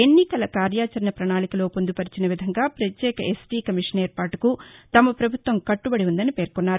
ఎన్నికల కార్యాచారణ పణాళికలో పొందుపరచిన విధంగా పత్యేక ఎస్టీ కమిషన్ ఏర్పాటుకు తమ పభుత్వం కట్టబడి ఉందని పేర్కొన్నారు